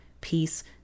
peace